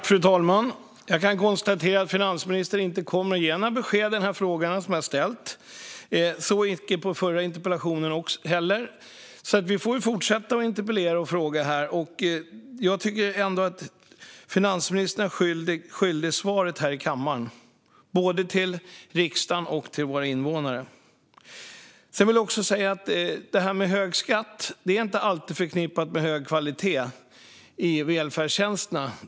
Fru talman! Jag kan konstatera att finansministern inte kommer att ge några besked i den fråga jag ställt, precis som i den förra interpellationsdebatten. Vi får väl fortsätta att interpellera och fråga. Jag tycker ändå att finansministern är svaret skyldig här i kammaren, både till riksdagen och till våra invånare. Jag vill också säga att hög skatt inte alltid är förknippat med hög kvalitet i välfärdstjänsterna.